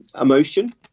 Emotion